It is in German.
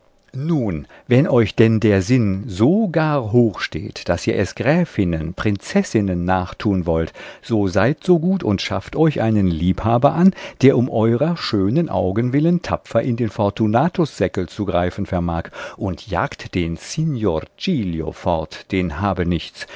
nun wenn euch denn der sinn so gar hoch steht daß ihr es gräfinnen prinzessinnen nachtun wollt so seid so gut und schafft euch einen liebhaber an der um eurer schönen augen willen tapfer in den fortunatussäckel zu greifen vermag und jagt den signor giglio fort den habenichts